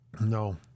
No